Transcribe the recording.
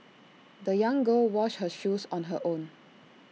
the young girl washed her shoes on her own